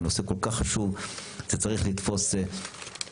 הנושא כל כך חשוב וזה צריך לתפוס קדימות.